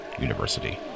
University